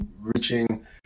reaching